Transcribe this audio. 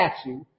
statue